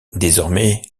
désormais